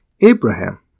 Abraham